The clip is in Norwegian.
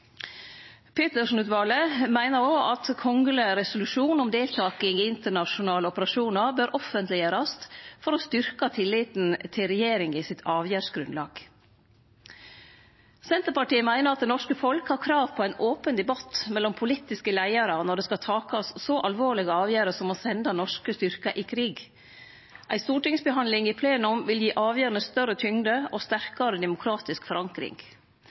Petersen-utvalet meiner òg at kongeleg resolusjon om deltaking i internasjonale operasjonar bør offentleggjerast for å styrkje tilliten til regjeringa sitt avgjerdsgrunnlag. Senterpartiet meiner at det norske folk har krav på ein open debatt mellom politiske leiarar når det skal takast så alvorlege avgjerder som å sende norske styrkar i krig. Ei stortingsbehandling i plenum vil gi avgjerdene større tyngde og sterkare demokratisk forankring,